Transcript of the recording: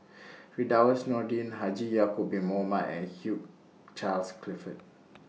Firdaus Nordin Haji Ya'Acob Bin Mohamed and Hugh Charles Clifford